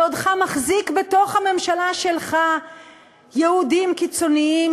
בעודך מחזיק בתוך הממשלה שלך יהודים קיצוניים